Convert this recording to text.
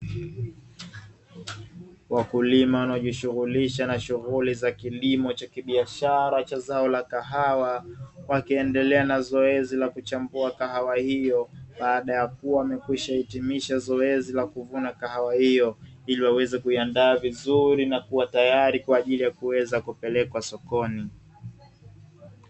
Wakulima wanaojishughulisha na kilimo cha kibiashara cha zao la kahawa, wakiendelea na zoezi la kuchambua kahawa hiyo baada ya kuwa wamesha hitimisha zoezi la kuvuna kahawa hiyo ili waweze kuiandaa vizuri na kuwa tayari kwa ajili ya kupelekwa sokoni.